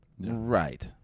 Right